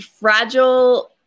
Fragile